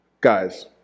Guys